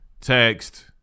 text